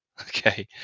Okay